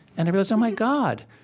and i realized oh, my god,